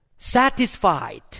Satisfied